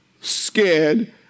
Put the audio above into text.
scared